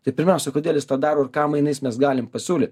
tai pirmiausia kodėl jis tą daro ir ką mainais mes galim pasiūlyt